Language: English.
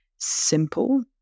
simple